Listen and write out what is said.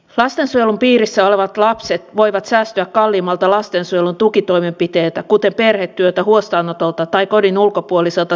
lastensuojelun piirissä olevat lapset voivat säästyä kalliimmilta lastensuojelun tukitoimenpiteiltä kuten perhetyöltä huostaanotolta tai kodin ulkopuoliselta sijoitukselta